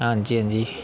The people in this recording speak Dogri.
हां जी हां जी